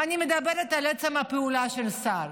אני מדברת על עצם הפעולה של השר.